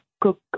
cook